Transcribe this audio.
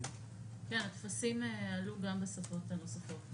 הטפסים עלו גם בשפות נוספות,